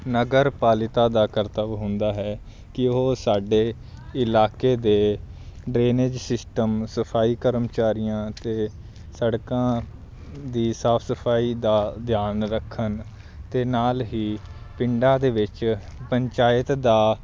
ਨਗਰ ਪਾਲਿਕਾ ਦਾ ਕਰਤਵ ਹੁੰਦਾ ਹੈ ਕਿ ਉਹ ਸਾਡੇ ਇਲਾਕੇ ਦੇ ਡਰੇਨੇਜ਼ ਸਿਸਟਮ ਸਫਾਈ ਕਰਮਚਾਰੀਆਂ ਅਤੇ ਸੜਕਾਂ ਦੀ ਸਾਫ਼ ਸਫਾਈ ਦਾ ਧਿਆਨ ਰੱਖਣ ਅਤੇ ਨਾਲ ਹੀ ਪਿੰਡਾਂ ਦੇ ਵਿੱਚ ਪੰਚਾਇਤ ਦਾ